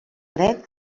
dret